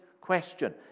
question